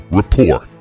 report